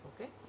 Okay